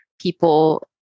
people